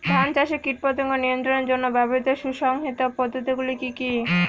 ধান চাষে কীটপতঙ্গ নিয়ন্ত্রণের জন্য ব্যবহৃত সুসংহত পদ্ধতিগুলি কি কি?